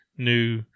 new